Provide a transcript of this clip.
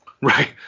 Right